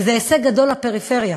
וזה הישג גדול לפריפריה.